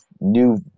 new